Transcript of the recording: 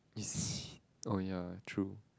oh ya true